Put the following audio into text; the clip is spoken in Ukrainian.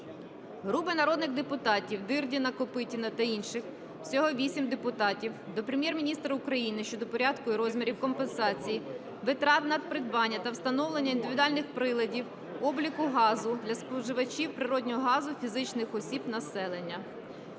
Групи народних депутатів (Дирдіна, Копитіна та інших – всього 8 депутатів) до Прем'єр-міністра України щодо порядку і розмірів компенсації витрат на придбання та встановлення індивідуальних приладів обліку газу для споживачів природного газу - фізичних осіб (населення).